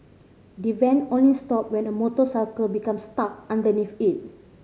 the van only stopped when a motorcycle become stuck underneath it